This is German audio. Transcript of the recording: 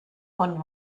von